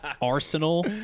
Arsenal